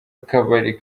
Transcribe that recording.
kabari